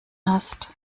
hast